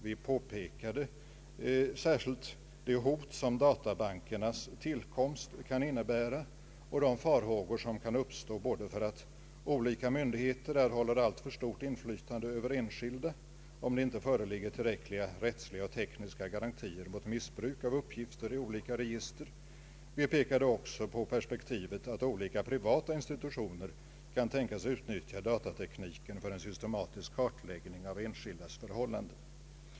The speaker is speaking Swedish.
Vi påpekade särskilt det hot som databankernas tillkomst kan innebära och de farhågor som kan uppstå på grund av att myndigheter erhåller alltför stort inflytande över enskilda för det fall att det inte föreligger tillräckliga rättsliga och tekniska garantier mot missbruk av uppgifter i olika register. Vi pekade också på perspektivet att olika privata institutioner kan tänkas utnyttja datatekniken för en systematisk kartläggning av enskilda förhållanden.